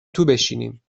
بشینیم